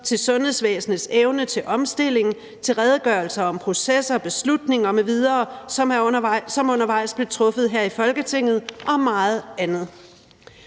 om sundhedsvæsenets evne til omstilling og om redegørelser om processer og beslutninger m.v., som undervejs blev truffet her i Folketinget, og meget andet.